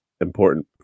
important